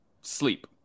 Sleep